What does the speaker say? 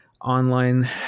online